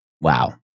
Wow